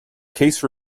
case